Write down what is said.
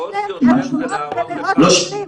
יש להם עשרות ומאות מבנים.